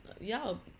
Y'all